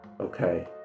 Okay